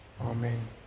Amen